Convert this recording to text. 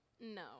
No